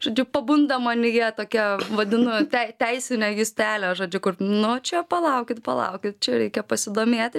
žodžiu pabunda manyje tokia vadinu teisine justele žodžiu kur nu čia palaukit palaukit čia reikia pasidomėti